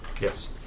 Yes